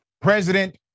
President